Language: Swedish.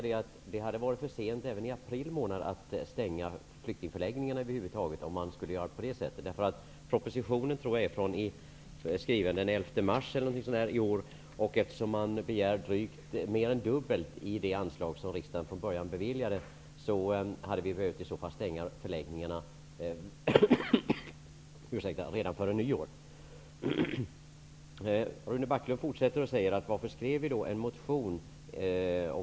Det hade varit för sent även i april månad att stänga flyktingförläggningarna om man skulle göra på detta sätt. Propositionen lades fram den 11 mars i år. Eftersom regeringen begär mer än dubbelt så mycket pengar som vad riksdagen beviljade i anslag från början, hade förläggningarna alltså behövt stängas redan före nyår. Rune Backlund undrar vidare varför vi då väckte en motion.